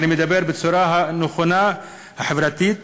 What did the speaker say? אבל אני מדבר בצורה הנכונה, החברתית,